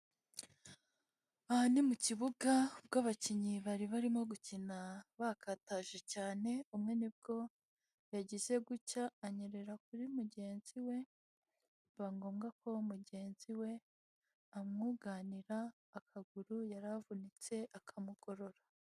Aha ni mu kibuga ubwo abakinnyi bari barimo gukina bakataje cyane, umwe nibwo ya yagize gutya anyerera kuri mugenzi we, biba ngombwa ko mugenzi we amwunganira akaguru yaravunitse akamugorora.